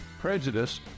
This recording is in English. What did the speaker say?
prejudice